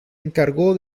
encargó